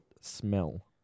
smell